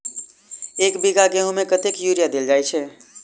एक बीघा गेंहूँ मे कतेक यूरिया देल जाय छै?